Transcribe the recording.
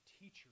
teacher